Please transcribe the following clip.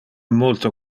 multo